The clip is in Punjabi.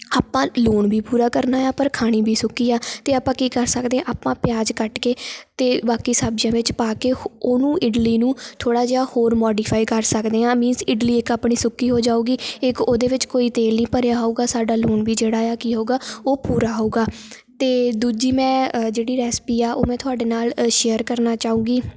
ਆਪਾਂ ਲੂਣ ਵੀ ਪੂਰਾ ਕਰਨਾ ਹੈ ਪਰ ਖਾਣੀ ਵੀ ਸੁੱਕੀ ਆ ਅਤੇ ਆਪਾਂ ਕੀ ਕਰ ਸਕਦੇ ਹਾਂ ਆਪਾਂ ਪਿਆਜ ਕੱਟ ਕੇ ਅਤੇ ਬਾਕੀ ਸਬਜ਼ੀਆਂ ਵਿੱਚ ਪਾ ਕੇ ਹੋ ਉਹ ਨੂੰ ਇਡਲੀ ਨੂੰ ਥੋੜ੍ਹਾ ਜਿਹਾ ਹੋਰ ਮੋਡੀਫਾਈ ਕਰ ਸਕਦੇ ਹਾਂ ਮੀਨਸ ਇਡਲੀ ਇੱਕ ਆਪਣੀ ਸੁੱਕੀ ਹੋ ਜਾਉਗੀ ਇੱਕ ਉਹਦੇ ਵਿੱਚ ਕੋਈ ਤੇਲ ਨਹੀਂ ਭਰਿਆ ਹੋਊਗਾ ਸਾਡਾ ਲੂਣ ਵੀ ਜਿਹੜਾ ਆ ਕੀ ਹੋਊਗਾ ਉਹ ਪੂਰਾ ਹੋਊਗਾ ਅਤੇ ਦੂਜੀ ਮੈਂ ਜਿਹੜੀ ਰੈਸਿਪੀ ਆ ਉਹ ਮੈਂ ਤੁਹਾਡੇ ਨਾਲ ਸ਼ੇਅਰ ਕਰਨਾ ਚਾਹੁੰਗੀ